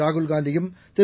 ராகுல் காந்தியும் திரு